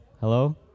hello